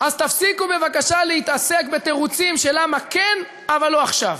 אז תפסיקו בבקשה להתעסק בתירוצים של למה כן אבל לא עכשיו,